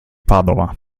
padova